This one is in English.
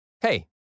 Hey